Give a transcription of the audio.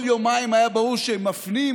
כל יומיים היה ברור שמפנים,